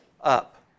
up